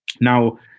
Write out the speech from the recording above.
Now